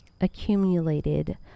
accumulated